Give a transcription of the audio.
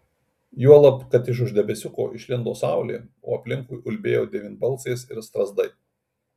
juolab kad iš už debesiuko išlindo saulė o aplinkui ulbėjo devynbalsės ir strazdai